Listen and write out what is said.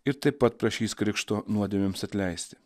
ir taip pat prašys krikšto nuodėmėms atleisti